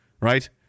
right